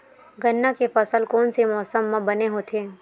गन्ना के फसल कोन से मौसम म बने होथे?